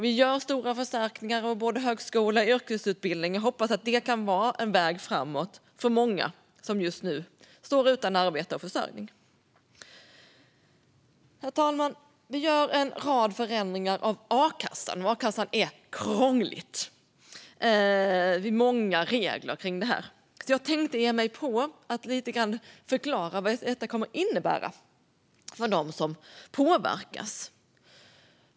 Vi gör stora förstärkningar av både högskola och yrkesutbildning, och jag hoppas att det kan vara en väg framåt för många som just nu står utan arbete och försörjning. Herr talman! Vi gör en rad förändringar av a-kassan, och a-kassan är krånglig. Det är många regler kring a-kassan. Jag tänkte därför ge mig på att lite grann förklara vad detta kommer att innebära för dem som påverkas.